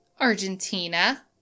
Argentina